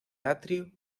atrio